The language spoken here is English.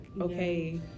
okay